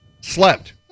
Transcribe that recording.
Slept